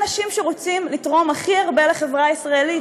אלה אנשים שרוצים לתרום הכי הרבה לחברה הישראלית,